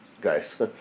guys